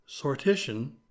sortition